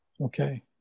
okay